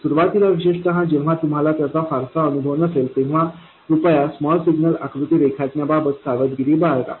सुरुवातीला विशेषत जेव्हा तुम्हाला त्याचा फारसा अनुभव नसेल तेव्हा कृपया स्मॉल सिग्नल आकृती रेखाटण्याबाबत सावधगिरी बाळगा